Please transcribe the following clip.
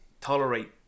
tolerate